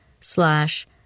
slash